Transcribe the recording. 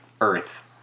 Earth